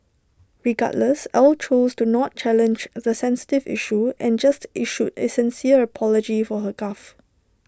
regardless Ell chose to not challenge the sensitive issue and just issued A sincere apology for her gaffe